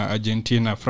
Argentina